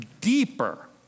deeper